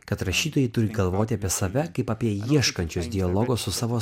kad rašytojai turi galvoti apie save kaip apie ieškančius dialogo su savo